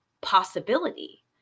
possibility